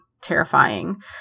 terrifying